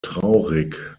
traurig